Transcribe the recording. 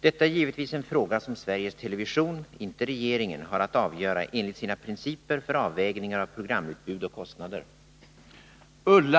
Detta är givetvis en fråga som Sveriges Television, inte regeringen, har att avgöra enligt sina principer för avvägningar av programutbud, kostnader etc.